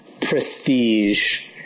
prestige